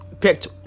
picked